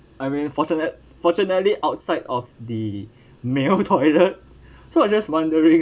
I mean fortunate~ fortunately outside of the male toilet so I just wondering